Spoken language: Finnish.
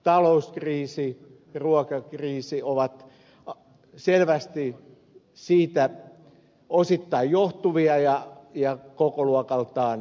talouskriisi ja ruokakriisi ovat selvästi siitä osittain johtuvia ja kokoluokaltaan vähäisempiä